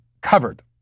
covered